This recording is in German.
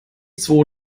zwo